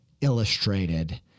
illustrated